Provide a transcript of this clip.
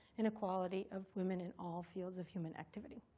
and equality of women in all fields of human activity.